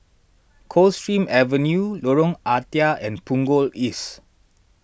Coldstream Avenue Lorong Ah Thia and Punggol East